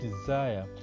desire